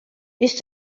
ist